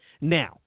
Now